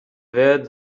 wird